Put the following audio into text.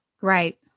Right